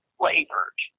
flavored